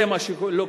זה מה שקובע,